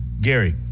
Gary